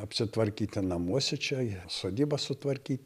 apsitvarkyti namuose čia sodybą sutvarkyt